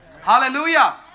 Hallelujah